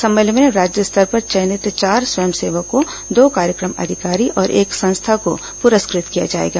सम्मेलन में राज्य स्तर पर चयनित चार स्वयंसेवकों दो कार्यक्रम अधिकारी और एक संस्था को पुरस्कृत किया जाएगा